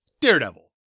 Daredevil